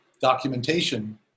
documentation